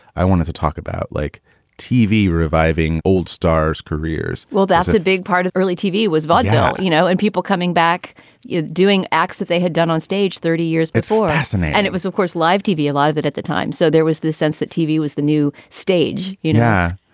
i wanted to talk about like tv reviving old stars careers well, that's a big part of early tv was vaudeville, you know, and people coming back doing acts that they had done on stage thirty years. it's all asthana and it was, of course, live tv, a lot of it at the time. so there was this sense that tv was the new stage yeah.